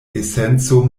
esenco